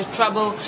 trouble